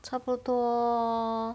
差不多